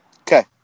Okay